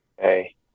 Hey